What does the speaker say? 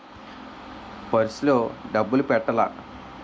Purse లో డబ్బులు పెట్టలా?